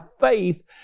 faith